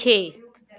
छे